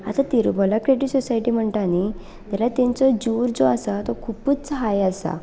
आतां Tirumala credit society म्हणटा न्ही जाल्या तेंचो जूर जो आसा खुबूच हाय आसा